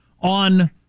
on